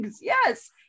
yes